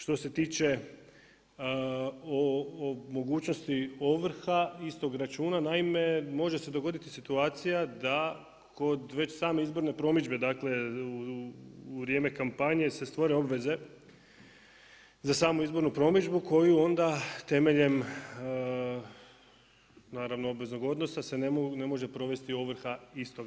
Što se tiče mogućnosti ovrha istog računa, naime može se dogoditi situacija da kod već same izborne promidžbe dakle u vrijeme kampanje se stvore obveze za samu izbornu promidžbu koju onda temeljem obveznog odnosa se ne može provesti ovrha istoga.